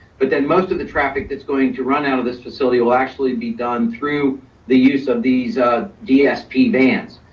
but then most of the traffic that's going to run out of this facility will actually be done through the use of these dsp vans.